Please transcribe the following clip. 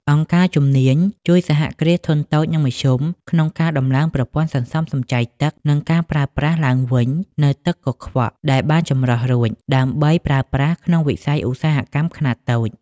អង្គការជំនាញជួយ សហគ្រាសធុនតូច និងមធ្យម ក្នុងការដំឡើងប្រព័ន្ធសន្សំសំចៃទឹក និងការប្រើប្រាស់ឡើងវិញនូវទឹកកខ្វក់ដែលបានចម្រោះរួច ដើម្បីប្រើប្រាស់ក្នុងវិស័យឧស្សាហកម្មខ្នាតតូច។